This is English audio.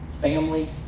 Family